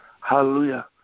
Hallelujah